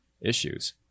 issues